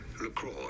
Lacroix